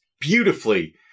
beautifully